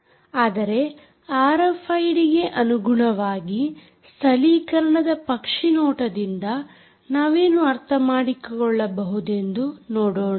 ಆದರೆ ಆರ್ಎಫ್ಐಡಿಗೆ ಅನುಗುಣವಾಗಿ ಸ್ಥಳೀಕರಣದ ಪಕ್ಷಿನೋಟದಿಂದ ನಾವೇನು ಅರ್ಥಮಾಡಿಕೊಳ್ಳಬಹುದೆಂದು ನೋಡೋಣ